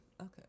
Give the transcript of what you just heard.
Okay